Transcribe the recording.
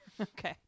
Okay